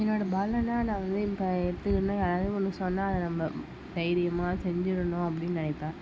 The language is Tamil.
என்னோட பலம்னால் நான் வந்து இப்போ எடுத்துக்கின்னால் யாராவது ஒன்று சொன்னால் அதை நம்ம தைரியமாக செஞ்சுடணும் அப்படின்னு நினைப்பேன்